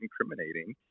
incriminating